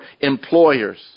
employers